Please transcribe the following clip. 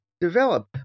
develop